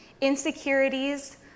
insecurities